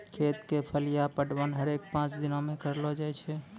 खेत क फलिया पटवन हरेक पांच दिनो म करलो जाय छै